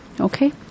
Okay